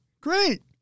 Great